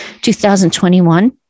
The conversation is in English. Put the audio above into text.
2021